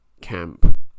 camp